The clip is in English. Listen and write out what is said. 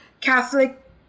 Catholic